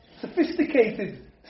sophisticated